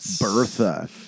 Bertha